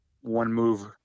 one-move